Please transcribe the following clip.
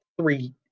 three